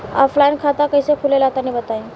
Offline खाता कइसे खुले ला तनि बताई?